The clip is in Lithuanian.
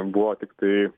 buvo tiktai